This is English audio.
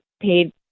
paid